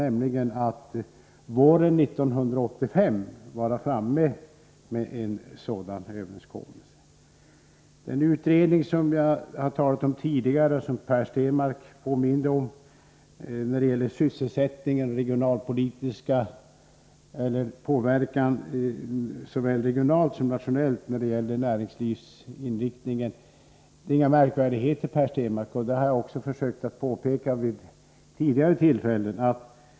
Jag har tidigare berört den utredning som Per Stenmarck påminde om. Det gällde påverkan på näringslivets inriktning, såväl regionalt som nationellt. Det är här inte fråga om några märkvärdigheter, Per Stenmarck, och det har jag också försökt att påpeka vid tidigare tillfällen.